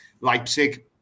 Leipzig